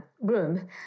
room